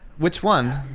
which one?